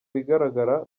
bigaragara